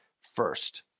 first